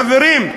חברים,